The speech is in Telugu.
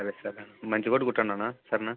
సరే సరే మంచి కోట్ కుట్టండన్నా సరేనా